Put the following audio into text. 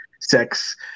sex